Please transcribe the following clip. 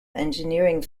engineering